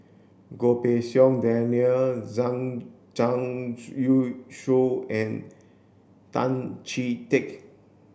Goh Pei Siong Daniel Zhang Youshuo and Tan Chee Teck